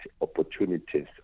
opportunities